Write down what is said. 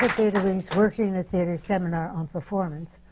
wing's working in the theatre seminar on performance,